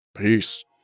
Peace